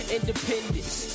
Independence